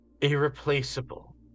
irreplaceable